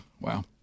wow